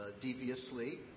deviously